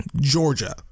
georgia